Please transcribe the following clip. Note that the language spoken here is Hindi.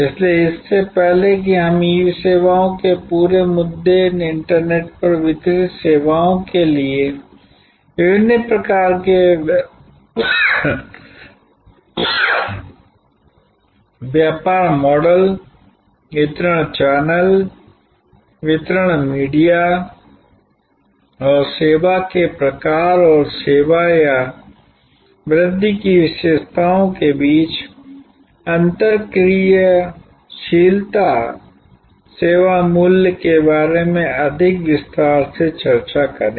इसलिए इससे पहले कि हम ई सेवाओं के पूरे मुद्दे इंटरनेट पर वितरित सेवाओं के लिए विभिन्न प्रकार के व्यापार मॉडल वितरण चैनल वितरण मीडिया और सेवा के प्रकार और सेवा या वृद्धि की विशेषताओं के बीच अन्तरक्रियाशीलता सेवा मूल्य के बारे में अधिक विस्तार से चर्चा करें